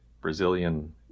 Brazilian